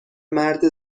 مرد